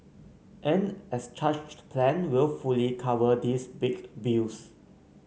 an as charged plan will fully cover these big bills